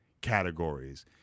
categories